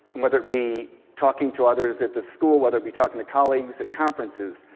whether it be talking to others at the school, whether it be talking to colleagues at conferences,